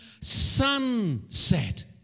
Sunset